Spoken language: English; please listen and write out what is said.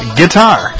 guitar